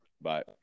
Bye